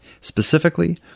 Specifically